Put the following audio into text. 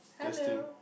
hello